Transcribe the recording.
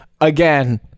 again